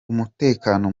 umutekano